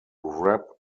wrap